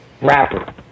rapper